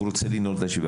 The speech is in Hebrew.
הוא רוצה לנעול את הישיבה,